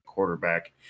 quarterback